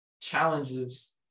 challenges